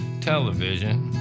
television